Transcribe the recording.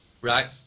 right